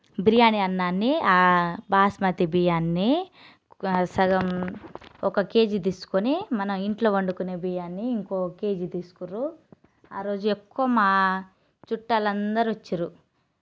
బిర్యానీ అన్నాన్ని ఆ బాస్మతి బియ్యాన్ని సగం ఒక కేజీ తీసుకొని మన ఇంట్లో వండుకునే బియ్యాన్ని ఇంకొక కేజీ తీసుకుండ్రు ఆరోజు ఎక్కువ మా చుట్టాలందరు వచ్చిండ్రు